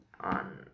on